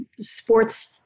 sports